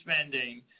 spending